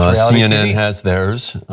ah cnn has theirs,